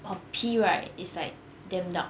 or pee right is like damn dark